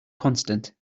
constant